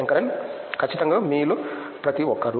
శంకరన్ ఖచ్చితంగా మీలో ప్రతి ఒక్కరూ